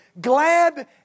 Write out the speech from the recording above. glad